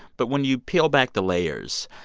but when you peel back the layers,